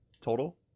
total